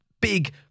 big